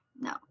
No